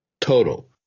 Total